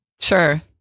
Sure